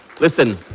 Listen